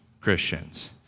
Christians